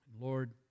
Lord